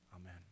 Amen